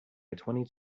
twenty